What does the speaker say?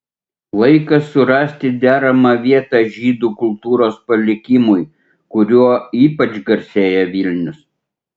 laikas surasti deramą vietą žydų kultūros palikimui kuriuo ypač garsėjo vilnius